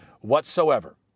whatsoever